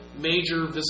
major